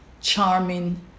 charming